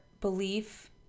belief